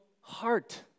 heart